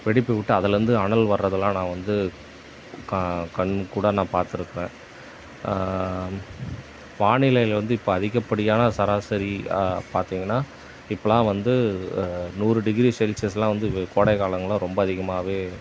வெடிப்பு விட்டு அதுலேருந்து அனல் வர்றதுலாம் நான் வந்து கா கண்கூடாக நான் பார்த்துருப்பேன் வானிலையில வந்து இப்போ அதிகப்படியான சராசரியாக பார்த்திங்கன்னா இப்போலாம் வந்து நூறு டிகிரி செல்ஸியஸெலாம் வந்து கோடைக்காலங்களில் ரொம்ப அதிகமாகவே